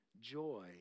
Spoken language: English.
joy